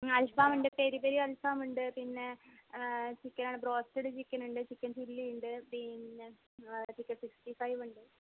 ആൽഫാമുണ്ട് peri peri ആൽഫാമുണ്ട് പിന്നെ ചിക്കനാണ് ബ്രോസ്റ്റഡ് ചിക്കനുണ്ട് ചിക്കൻ ചില്ലി ഉണ്ട് പിന്നെ ചിക്കൻ സിക്സ്റ്റി ഫൈവുണ്ട്